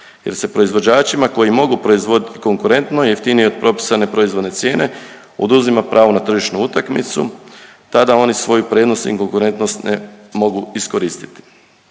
jer se proizvođačima koji mogu proizvoditi konkurentno i jeftinije od propisane proizvode cijene oduzima pravo na tržišnu utakmicu. Tada oni svoju prednost i konkurentnost ne mogu iskoristiti.